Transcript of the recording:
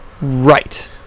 Right